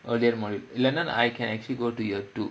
all your module இல்லனா:illanaa I can actually go to year two